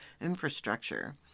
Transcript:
infrastructure